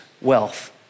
wealth